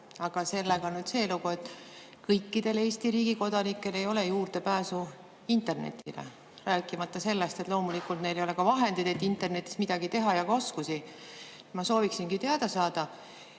aga sellega on see lugu, et kõikidel Eesti riigi kodanikel ei ole juurdepääsu internetile, rääkimata sellest, et loomulikult kõigil ei ole ka vahendeid ega oskusi, et internetis midagi teha. Ma sooviksingi teada saada,